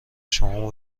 شما